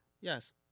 Yes